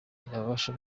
yabasha